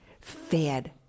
fed